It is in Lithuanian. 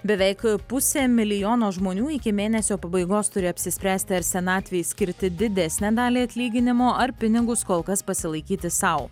beveik pusė milijono žmonių iki mėnesio pabaigos turi apsispręsti ar senatvei skirti didesnę dalį atlyginimo ar pinigus kol kas pasilaikyti sau